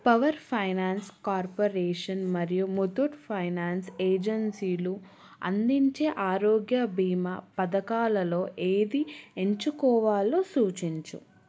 power finance corporation మరియు Muthoot finance ఏజన్సీలు అందించే ఆరోగ్య బీమా పథకాలలో ఏది ఎంచుకోవాలో సూచించు